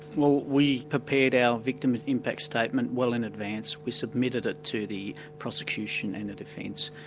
well we prepared our victims impact statement well in advance. we submitted it to the prosecution and the defence.